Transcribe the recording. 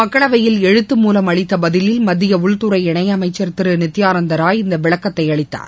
மக்களவையில் எழுத்து மூலம் அளித்த பதிலில் மத்திய உள்துறை இணையமைச்சர் திரு நித்யானந்தராய் இந்த விளக்கத்தை அளித்தார்